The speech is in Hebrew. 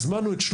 הזמנו את,